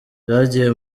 byagiye